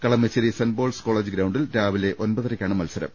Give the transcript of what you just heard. കളമ ശ്ശേരി saint Paul's college ഗ്രൌണ്ടിൽ രാവിലെ ഒമ്പതരയ്ക്കാണ് മത്സരം